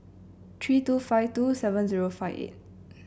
three two five two seven zero five eight